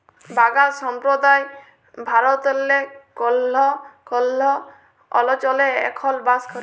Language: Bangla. বাগাল সম্প্রদায় ভারতেল্লে কল্হ কল্হ অলচলে এখল বাস ক্যরে